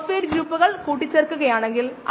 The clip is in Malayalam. സ്പെക്ട്രോഫോട്ടോമീറ്ററിനെ ആശ്രയിച്ച് 0